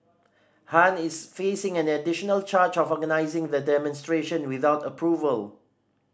Han is facing an additional charge of organising the demonstration without approval